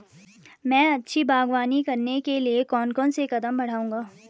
मैं अच्छी बागवानी करने के लिए कौन कौन से कदम बढ़ाऊंगा?